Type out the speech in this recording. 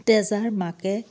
তেজাৰ মাকে